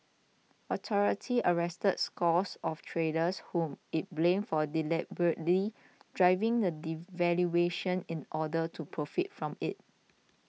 authorities arrested scores of traders whom it blamed for deliberately driving the devaluation in order to profit from it